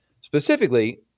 Specifically